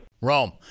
Rome